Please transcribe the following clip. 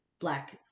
Black